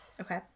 Okay